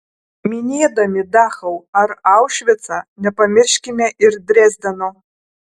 minėdami dachau ar aušvicą nepamirškime ir drezdeno